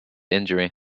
injury